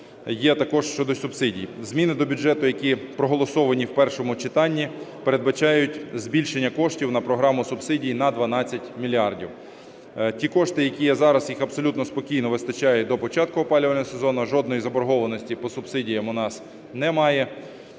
є також щодо субсидій. Зміни до бюджету, які проголосовані в першому читанні, передбачають збільшення коштів на програму субсидій на 12 мільярдів. Ті кошти, які є зараз, їх абсолютно спокійно вистачає до початку опалювального сезону, жодної заборгованості по субсидіям у нас немає.